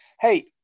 Hey